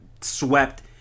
swept